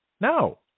No